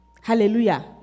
Hallelujah